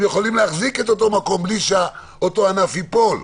הם יכולים להחזיק את המקום בלי שהענף ייפול.